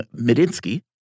Medinsky